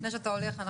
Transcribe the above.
לפני שאתה הולך,